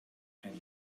and